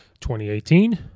2018